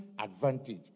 advantage